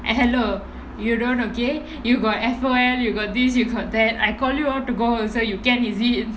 eh hello you don't okay you got F_Y_L you got this you got that I call you all to go also you can is it